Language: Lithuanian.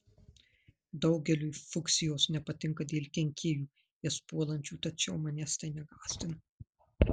daugeliui fuksijos nepatinka dėl kenkėjų jas puolančių tačiau manęs tai negąsdina